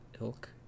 ilk